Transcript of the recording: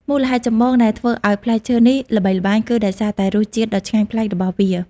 មូលហេតុចម្បងដែលធ្វើឱ្យផ្លែឈើនេះល្បីល្បាញ គឺដោយសារតែរសជាតិដ៏ឆ្ងាញ់ប្លែករបស់វា។